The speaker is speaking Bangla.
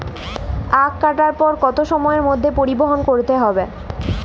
আখ কাটার পর কত সময়ের মধ্যে পরিবহন করতে হবে?